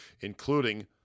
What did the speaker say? including